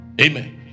Amen